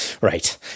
right